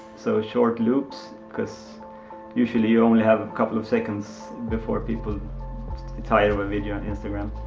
so short loops cause usually you only have a couple of seconds before people get tired of a video on instagram.